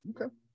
Okay